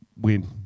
win